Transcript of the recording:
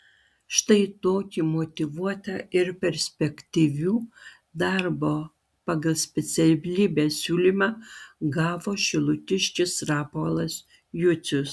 štai tokį motyvuotą ir perspektyvių darbo pagal specialybę siūlymą gavo šilutiškis rapolas jucius